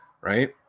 Right